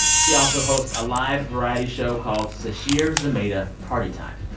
she also hosts a live variety show called sasheer zamata party time.